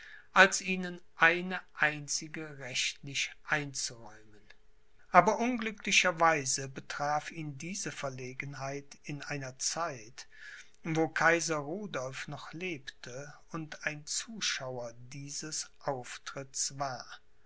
als ihnen eine einzige rechtlich einzuräumen aber unglücklicher weise betraf ihn diese verlegenheit in einer zeit wo kaiser rudolph noch lebte und ein zuschauer dieses auftritts war